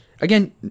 again